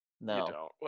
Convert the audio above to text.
no